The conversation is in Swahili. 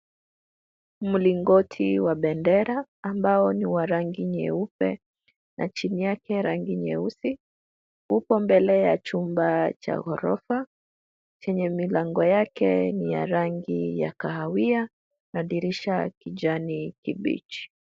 Mlingoti wa bendera ambao ni wa rangi nyeupe na chini yake rangi nyeusi. Upo mbele ya chumba cha ghorofa, chenye milango yake ni ya rangi ya kahawia na dirisha kijani kibichi.